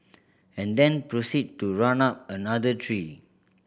and then proceed to run up another tree